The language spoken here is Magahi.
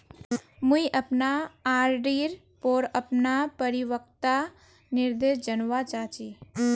मुई अपना आर.डी पोर अपना परिपक्वता निर्देश जानवा चहची